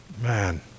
man